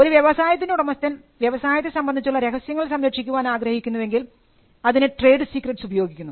ഒരു വ്യവസായത്തിൻറെ ഉടമസ്ഥൻ വ്യവസായത്തെ സംബന്ധിച്ചുള്ള രഹസ്യങ്ങൾ സംരക്ഷിക്കാൻ ആഗ്രഹിക്കുന്നുവെങ്കിൽ അതിന് ട്രേഡ് സീക്രട്ട് ഉപയോഗിക്കുന്നു